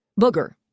Booger